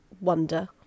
wonder